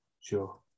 sure